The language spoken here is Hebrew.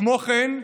כמו כן,